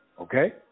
Okay